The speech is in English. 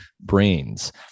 brains